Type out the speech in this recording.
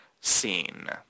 scene